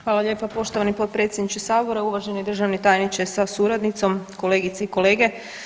Hvala lijepa poštovani potpredsjedniče Sabora, uvaženi državni tajniče sa suradnicom, kolegice i kolege.